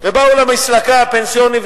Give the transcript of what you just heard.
ובאו למסלקה הפנסיונית,